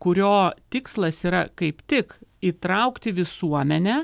kurio tikslas yra kaip tik įtraukti visuomenę